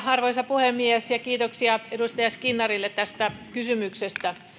arvoisa puhemies kiitoksia edustaja skinnarille tästä kysymyksestä